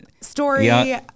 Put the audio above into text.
story